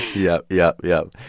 yep, yep, yep.